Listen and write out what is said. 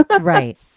Right